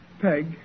Peg